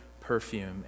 perfume